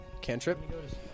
Cantrip